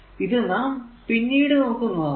ഇത് നാം പിന്നീട നോക്കുന്നതാണ്